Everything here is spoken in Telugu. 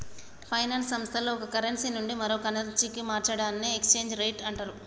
ఫైనాన్స్ సంస్థల్లో ఒక కరెన్సీ నుండి మరో కరెన్సీకి మార్చడాన్ని ఎక్స్చేంజ్ రేట్ అంటరు